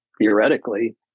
Theoretically